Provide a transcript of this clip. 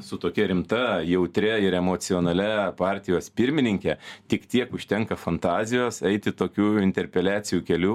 su tokia rimta jautria ir emocionalia partijos pirmininke tik tiek užtenka fantazijos eiti tokiu interpeliacijų keliu